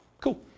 Cool